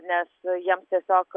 nes jiems tiesiog